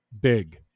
big